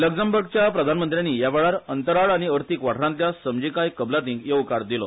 लग्जमबर्गच्या प्रधानमंत्र्यांनी यावेळार अंतराळ आनी अर्थिक वाठारांतल्या समजीकाय कबलातींक येवकार दिलो